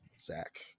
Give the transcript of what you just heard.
Zach